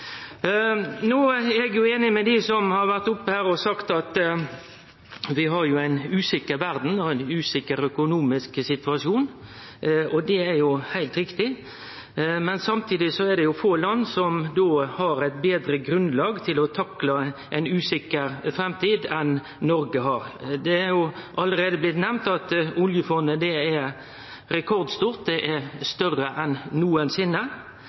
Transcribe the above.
Eg er einig med dei som har vore her oppe og sagt at vi har ei usikker verd og ein usikker økonomisk situasjon. Det er heilt riktig. Men samtidig er det få land som har eit betre grunnlag enn det Noreg har til å takle ei usikker framtid. Det er alt blitt nemnt at oljefondet er rekordstort. Det er større enn